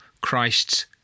Christ's